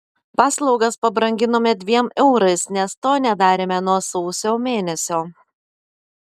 paslaugas pabranginome dviem eurais nes to nedarėme nuo sausio mėnesio